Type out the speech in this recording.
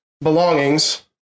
belongings